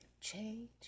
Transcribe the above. change